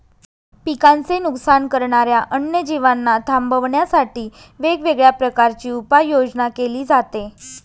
पिकांचे नुकसान करणाऱ्या अन्य जीवांना थांबवण्यासाठी वेगवेगळ्या प्रकारची उपाययोजना केली जाते